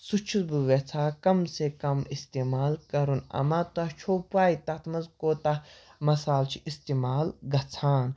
سُہ چھُس بہٕ ویٚژھان کم سے کم اِستعمال کَرُن اَما تۄہہِ چھوٚو پَے تَتھ منٛز کوتاہ مصالہٕ چھُ اِستعمال گَژھان